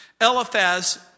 Eliphaz